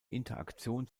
interaktion